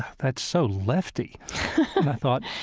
that's so lefty and i thought,